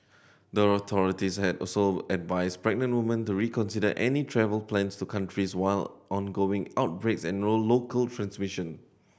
the authorities had also advised pregnant woman to reconsider any travel plans to countries while ongoing outbreaks and local transmission